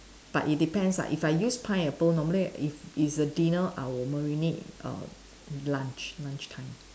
but it depends lah if I use pineapple normally if it's a dinner I will marinate err lunch lunch time